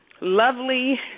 lovely